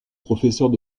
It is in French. professeurs